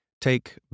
Take